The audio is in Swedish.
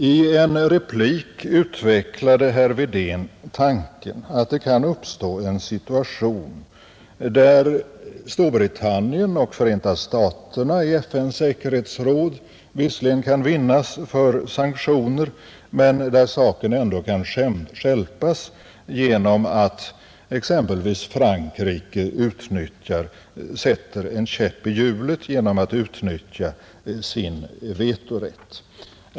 I en replik utvecklade herr Wedén tanken att det kan uppstå en situation, där Storbritannien och Förenta staterna i FN:s säkerhetsråd visserligen kan vinnas för sanktioner men där saken ändå kan stjälpas genom att exempelvis Frankrike sätter en käpp i hjulet genom att utnyttja sin vetorätt.